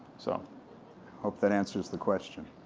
so hope that answers the question.